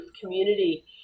community